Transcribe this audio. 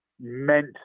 meant